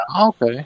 Okay